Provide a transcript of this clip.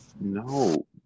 No